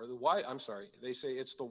or the why i'm sorry they say it's the